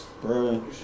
bro